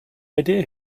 idea